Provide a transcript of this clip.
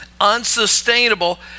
unsustainable